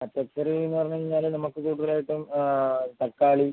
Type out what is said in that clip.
പച്ചക്കറി എന്ന് പറഞ്ഞുകഴിഞ്ഞാൽ നമുക്ക് കൂടുതൽ ആയിട്ടും തക്കാളി